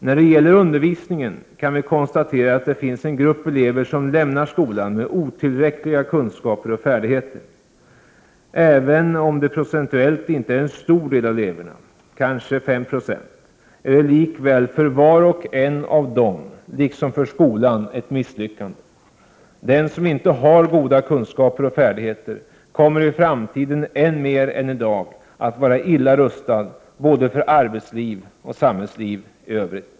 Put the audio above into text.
När det gäller undervisningen kan vi konstatera att det finns en grupp elever som lämnar skolan med otillräckliga kunskaper och färdigheter. Även om det procentuellt inte är en stor del av eleverna, kanske 5 96, är det likväl för var och en av dem liksom för skolan ett misslyckande. Den som inte har goda kunskaper och färdigheter kommer i framtiden än mer än i dag att vara illa rustad både för arbetsliv och samhällsliv i övrigt.